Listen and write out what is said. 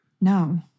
No